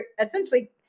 essentially